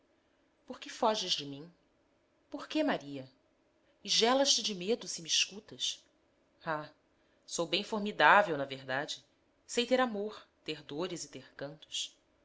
por que foges de mim por que maria e gelas te de medo se me escutas ah sou bem formidável na verdade sei ter amor ter dores e ter cantos